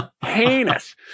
Heinous